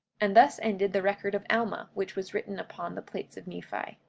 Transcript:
and thus ended the record of alma, which was written upon the plates of nephi.